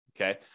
okay